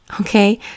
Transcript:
okay